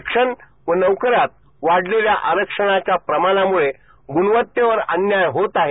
शिक्षण व नोकऱ्यात वाढलेल्या आरक्षणाच्या प्रमाणामुळे गुणवत्तेवर अन्याय होत आहे